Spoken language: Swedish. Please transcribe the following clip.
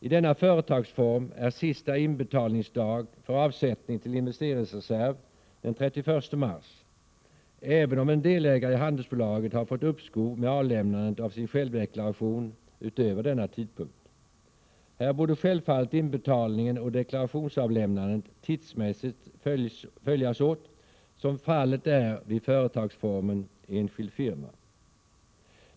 I denna företagsform är sista inbetalningsdag för avsättning till investeringsreserv den 31 mars, även om en delägare i handelsbolaget har fått uppskov med avlämnandet av sin självdeklaration till efter denna tidpunkt. Här borde självfallet inbetalningen och deklarationsavlämnandet tidsmässigt följas åt som fallet är vid företagsformen enskild firma.